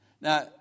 Now